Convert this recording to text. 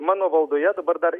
mano valdoje dabar dar